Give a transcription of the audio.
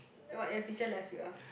what your teacher left you ah